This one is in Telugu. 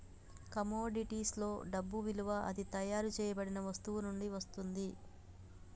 కమోడిటీస్లో డబ్బు విలువ అది తయారు చేయబడిన వస్తువు నుండి వస్తుంది